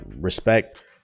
respect